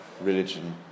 religion